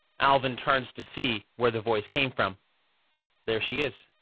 alvin turns to see where the voice came from there she is,